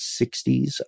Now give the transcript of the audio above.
60s